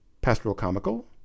pastoral-comical